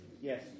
Yes